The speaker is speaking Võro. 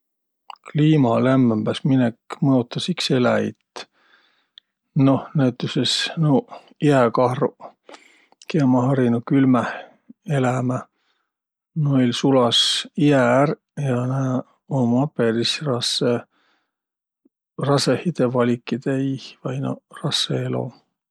Kliima lämmämbäsminek mõotas iks eläjit. Noh, näütüses nuuq, ijäkahruq, kiä ummaq harinuq külmäh elämä. Noil sulas ijä ärq ja nääq ummaq peris rassõ- rasõhidõ valikidõ iih vai noh, rassõ elo.